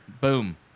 Boom